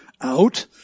out